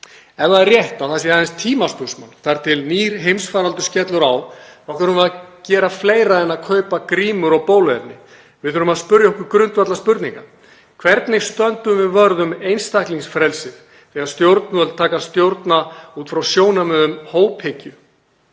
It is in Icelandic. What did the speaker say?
Ef það er rétt að það sé aðeins tímaspursmál þar til nýr heimsfaraldur skellur á þá þurfum við að gera fleira en að kaupa grímur og bóluefni. Við þurfum að spyrja okkur grundvallarspurninga. Hvernig stöndum við vörð um einstaklingsfrelsið þegar stjórnvöld taka að stjórna út frá sjónarmiðum hóphyggju,